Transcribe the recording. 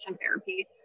therapy